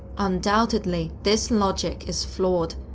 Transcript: undoubtedly, this logic is flawed.